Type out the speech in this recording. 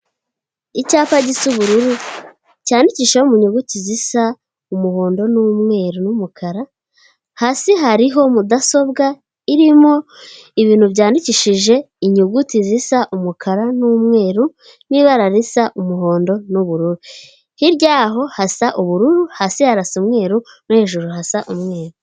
Icyapa gisa ubururu cyandikishajeho mu nyuguti zisa umuhondo n'umweru n'umukara. Hasi hariho mudasobwa irimo ibintu byandikishije inyuguti zisa umukara n'umweru n'ibara risa umuhondo n'ubururu. Hirya yaho hasa ubururu, hasi harasa umweru no hejuru hasa umweru.